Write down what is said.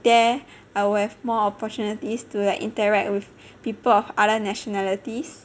there I'll have more opportunities to like interact with people of other nationalities